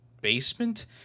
basement